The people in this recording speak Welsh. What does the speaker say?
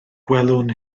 gwelwn